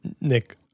Nick